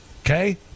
Okay